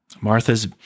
Martha's